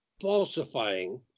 falsifying